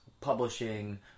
publishing